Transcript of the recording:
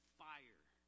fire